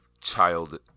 child